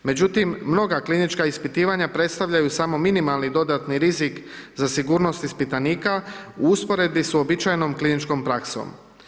Međutim, mnoga klinička ispitivanja predstavljaju samo minimalni dodatni rizik za sigurnost ispitanika u usporedbi s uobičajenom kliničkom praksom.